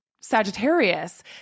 Sagittarius